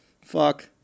Fuck